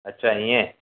अच्छा इएं